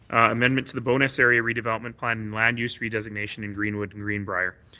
amendment to the bonus area redevelopment plan in land use redesignation in greenwood and green briar.